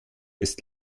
ist